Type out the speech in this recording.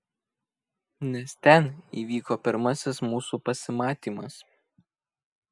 nes ten įvyko pirmasis mūsų pasimatymas